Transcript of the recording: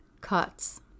cuts